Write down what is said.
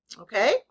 okay